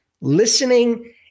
Listening